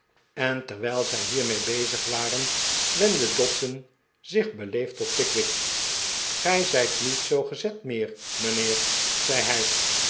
en terwijl zij hiermee bezig waren wendde dodson zich beleefd tot pickwick gij zijt niet zoo gezet meer mijnheer zei hij